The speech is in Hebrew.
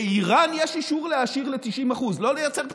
לאיראן יש אישור להעשיר ל-90% לא לייצר פצצה,